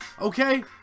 okay